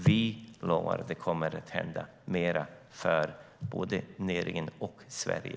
Vi lovar att det kommer att hända mer både för näringen och för Sverige.